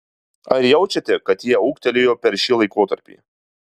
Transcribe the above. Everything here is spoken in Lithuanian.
ar jaučiate kad jie ūgtelėjo per šį laikotarpį